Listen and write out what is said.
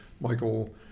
Michael